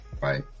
right